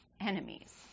enemies